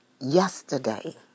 yesterday